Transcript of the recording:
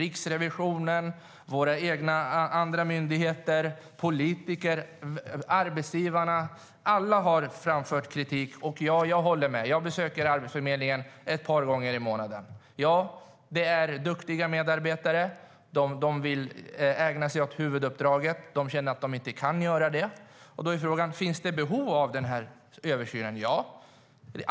Riksrevisionen, andra myndigheter, politiker och arbetsgivarna har alla framfört kritik, och jag håller med. Jag besöker Arbetsförmedlingen ett par gånger i månaden. Där finns duktiga medarbetare som vill ägna sig åt huvuduppdraget, men de känner att de inte kan göra det. Då är frågan om det finns ett behov av denna översyn. Ja, det gör det.